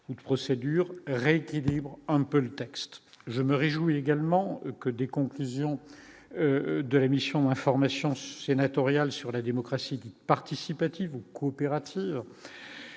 ou de procédure rééquilibre un peu le texte, je me réjouis également que des conclusions de la mission d'information sénatoriale sur la démocratie participative ou coopérateurs